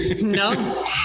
no